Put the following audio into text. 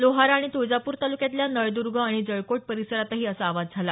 लोहारा आणि तुळजापूर तालुक्यातल्या नळदूर्ग आणि जळकोट परिसरातही असा आवाज झाला